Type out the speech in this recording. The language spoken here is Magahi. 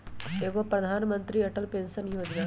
एगो प्रधानमंत्री अटल पेंसन योजना है?